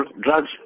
drugs